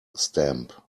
stamp